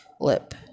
Lip